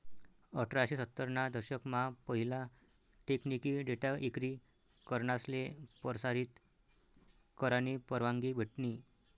अठराशे सत्तर ना दशक मा पहिला टेकनिकी डेटा इक्री करनासले परसारीत करानी परवानगी भेटनी